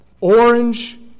Orange